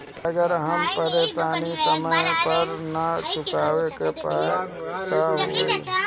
अगर हम पेईसा समय पर ना चुका पाईब त का होई?